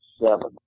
seven